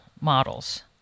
models